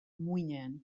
muinean